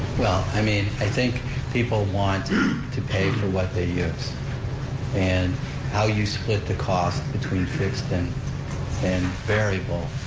well, i mean, i think people want to to pay for what they use and how you split the cost between fixed and and variable